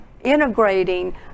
integrating